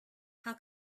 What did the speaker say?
how